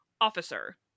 officer